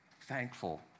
thankful